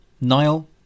Nile